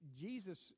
jesus